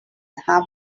have